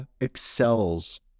excels